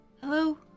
Hello